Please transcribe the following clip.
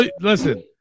Listen